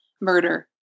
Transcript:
murder